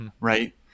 Right